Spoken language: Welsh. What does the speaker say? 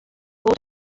bod